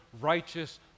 righteous